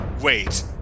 wait